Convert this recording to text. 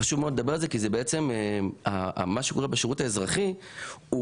חשוב מאוד לדבר על זה כי בעצם מה שקורה בשירות האזרחי הוא